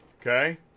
Okay